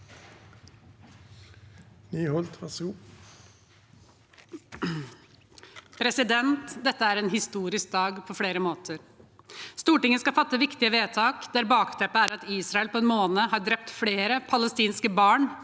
Dette er en histo- risk dag på flere måter. Stortinget skal fatte viktige vedtak der bakteppet er at Israel på en måned har drept flere palestinske barn